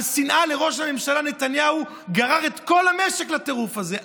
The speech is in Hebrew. על שנאה לראש הממשלה נתניהו הוא גרר את כל המשק לטירוף הזה.